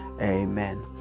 Amen